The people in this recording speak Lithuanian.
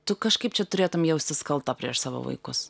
tu kažkaip čia turėtum jaustis kalta prieš savo vaikus